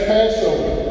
Passover